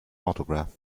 autograph